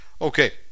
Okay